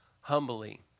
humbly